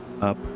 up